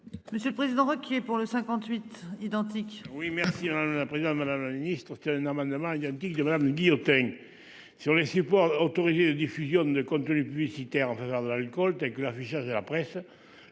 Monsieur le Président Ruquier pour le 58 identique. Oui merci. La présidente Madame la Ministre un amendement identique de madame Le Guillotin. Sur les supports autorisés, la diffusion de contenus publicitaires en faveur de l'alcool, tels que l'affichage et la presse.